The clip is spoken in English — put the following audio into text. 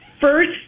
first